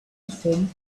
home